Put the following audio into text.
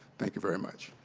thank you very much.